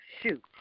shoot